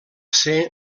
ser